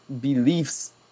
beliefs